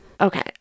Okay